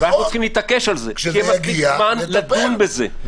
ואנחנו צריכים להתעקש על זה שיהיה מספיק זמן לדון בזה.